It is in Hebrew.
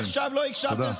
עד עכשיו לא הקשבת.